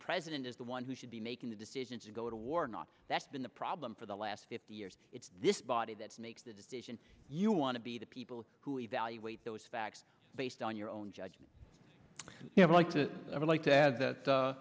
president is the one who should be making the decision to go to war or not that's been the problem for the last fifty years it's this body that makes the decision you want to be the people who evaluate those facts based on your own judgment you know like that